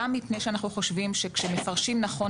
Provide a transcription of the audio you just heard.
גם מפני שאנחנו חושבים שכשמפרשים נכון